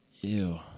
Ew